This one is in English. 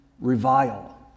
revile